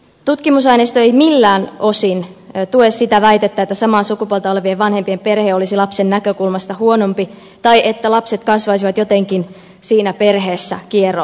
tutkimusaineisto ei millään osin tue sitä väitettä että samaa sukupuolta olevien vanhempien perhe olisi lapsen näkökulmasta huonompi tai että lapset kasvaisivat jotenkin siinä perheessä kieroon